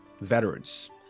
veterans